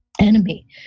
enemy